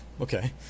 okay